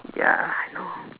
ya I know